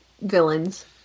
villains